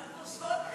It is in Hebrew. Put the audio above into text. מחכים.